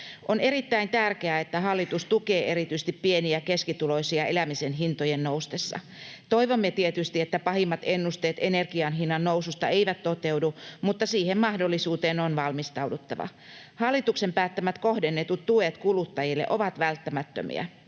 On erittäin tärkeää, että hallitus tukee erityisesti pieni‑ ja keskituloisia elämisen hintojen noustessa. Toivomme tietysti, että pahimmat ennusteet energian hinnannoususta eivät toteudu, mutta siihen mahdollisuuteen on valmistauduttava. Hallituksen päättämät kohdennetut tuet kuluttajille ovat välttämättömiä.